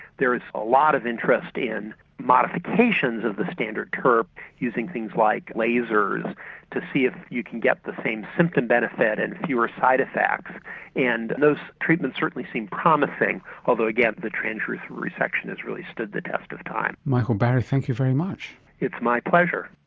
there is a lot of interest in modifications of the standard turp using things like lasers to see if you can get the same symptom benefit and fewer side effects and those treatments certainly seem promising although again the transurethral resection has really stood the test of time. michael barry, thank you very much. it's my pleasure.